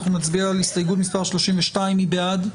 אנחנו נצביע על הסתייגות מס' 32. מי בעד?